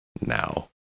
now